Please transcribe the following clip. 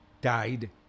died